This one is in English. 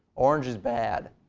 orange is bad.